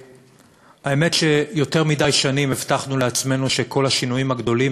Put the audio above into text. האמת היא שיותר מדי שנים הבטחנו לעצמנו שכל השינויים הגדולים,